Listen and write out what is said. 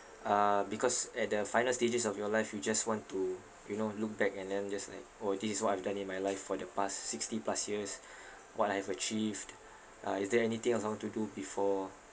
uh because at the final stages of your life you just want to you know look back and then just like orh this is what I've done in my life for the past sixty plus years what I have achieved uh is there anything else I want to do before